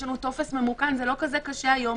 יש לנו טופס ממוכן - זה לא כזה קשה היום